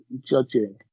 judging